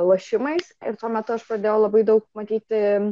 lošimais ir tuo metu aš pradėjau labai daug matyti